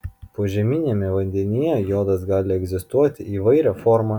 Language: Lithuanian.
požeminiame vandenyje jodas gali egzistuoti įvairia forma